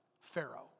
Pharaoh